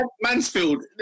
Mansfield